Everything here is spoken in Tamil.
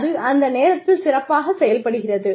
அது அந்த நேரத்தில் சிறப்பாகச் செயல்படுகிறது